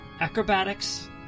acrobatics